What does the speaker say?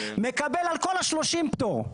מקבל על כל השלושים פטור.